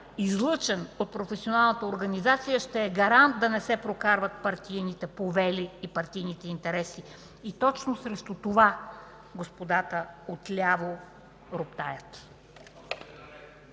излъчен от професионалната организация, ще е гарант да не се прокарват партийните повели и партийните интереси. Точно срещу това господата отляво роптаят.